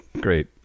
Great